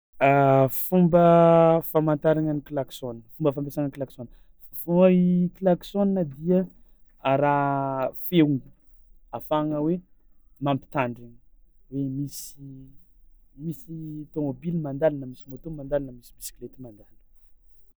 Fomba famantaragna ny klaxon fomba fampiasana klaxon f- fao i klaxon dia a raha feo ahafahagna hoe mampitandrigny hoe misy misy tômôbily mandalo na misy môtô mandalo na misy bisikleta mandalo.